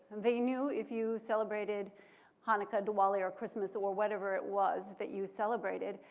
they knew if you celebrated hanukkah, diwali, or christmas, or whatever it was that you celebrated,